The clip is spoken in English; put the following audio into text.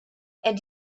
and